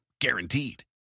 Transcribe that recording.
Guaranteed